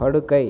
படுக்கை